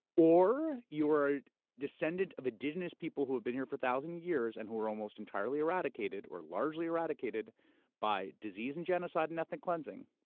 or you are a descendant of indigenous people who have been here for thousands of years and who were almost entirely eradicated, or largely eradicated by disease and genocide and ethnic cleansing,